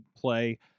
play